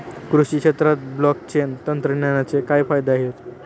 कृषी क्षेत्रात ब्लॉकचेन तंत्रज्ञानाचे काय फायदे आहेत?